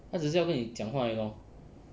她只是要跟你讲话而已 lor